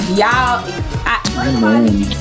y'all